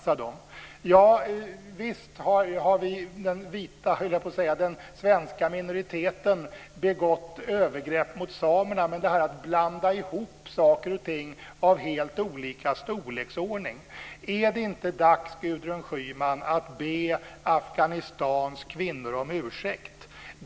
Ja, visst har den svenska majoriteten gjort övergrepp mot samerna. Men när det gäller detta att blanda ihop saker och ting av helt olika storleksordning så är det inte dags, Gudrun Schyman, att be Afghanistans kvinnor om ursäkt?